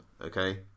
okay